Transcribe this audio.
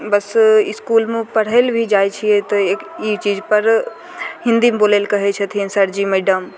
बस इसकुलमे पढ़य लए भी जाइ छियै तऽ एक ई चीजपर हिन्दीमे बोलयलए कहय छथिन सरजी मैडम